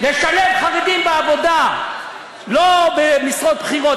לשלב חרדים בעבודה, לא במשרות בכירות.